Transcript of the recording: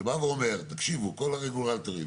שאומר שכל הרגולטורים,